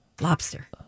Lobster